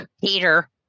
peter